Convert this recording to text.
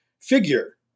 figure